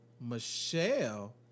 Michelle